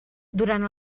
durant